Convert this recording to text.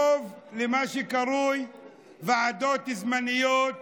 רוב למה שקרוי ועדות זמניות